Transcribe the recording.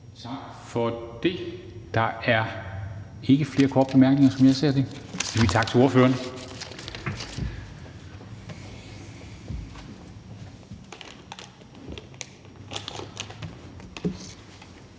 Tak for det. Der er ikke flere korte bemærkninger, som jeg ser det. Så siger vi tak